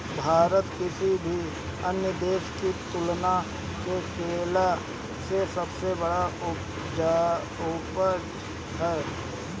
भारत किसी भी अन्य देश की तुलना में केला के सबसे बड़ा उत्पादक ह